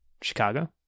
Chicago